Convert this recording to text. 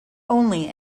only